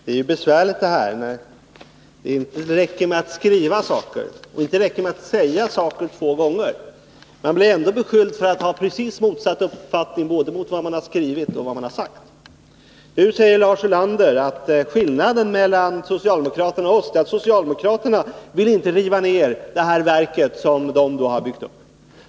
Herr talman! Det är besvärligt när det inte räcker med att skriva saker och säga dem två gånger — man blir ändå beskylld för att ha motsatt uppfattning! Nu säger Lars Ulander att skillnaden mellan socialdemokraterna och oss är att socialdemokraterna inte vill riva ned det verk de har byggt upp.